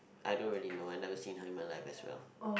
I don't really know I never seen her in my life as well